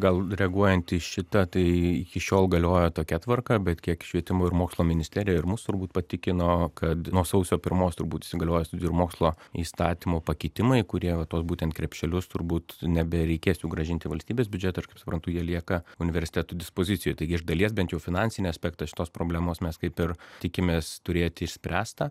gal reaguojant į šitą tai iki šiol galiojo tokia tvarka bet kiek švietimo ir mokslo ministerija ir mus turbūt patikino kad nuo sausio pirmos turbūt įsigalioja studijų ir mokslo įstatymo pakitimai kurie tuos būtent krepšelius turbūt nebereikės jų grąžinti į valstybės biudžetą ir kaip suprantu jie lieka universitetų dispozicijoj taigi iš dalies bent jau finansinį aspektą šitos problemos mes kaip ir tikimės turėti išspręstą